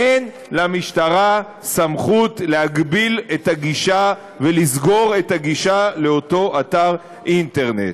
אין למשטרה סמכות להגביל את הגישה ולסגור את הגישה לאותו אתר אינטרנט.